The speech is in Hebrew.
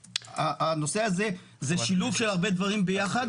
הנושא הזה הוא שילוב של הרבה דברים ביחד,